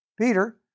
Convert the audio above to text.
Peter